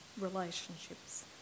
relationships